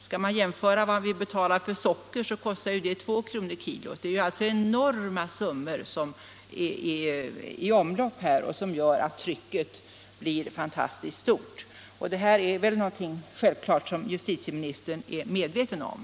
Man kan ju jämföra det med priset på socker, som kostar två kronor per kg. Det är sålunda enorma summor som är i omlopp här och som gör att trycket blir fantastiskt hårt. Självfallet är justitieministern också medveten härom.